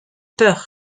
peur